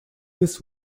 this